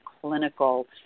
clinical